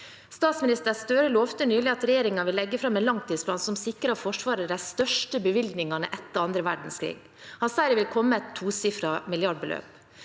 Statsminister Støre lovte nylig at regjeringen vil legge fram en langtidsplan som sikrer Forsvaret de største bevilgningene etter annen verdenskrig. Han sier det vil komme et tosifret milliardbeløp.